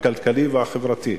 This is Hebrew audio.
הכלכלי והחברתי,